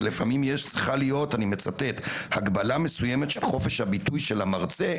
שלפעמים צריכה להיות "הגבלה מסוימת של חופש הביטוי של המרצה",